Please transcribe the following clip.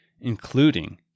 including